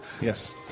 Yes